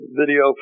video